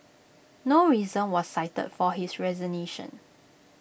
no reason was cited for his resignation